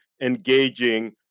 engaging